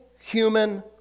human